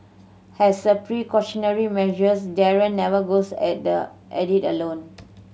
has a precautionary measures Darren never goes at the at it alone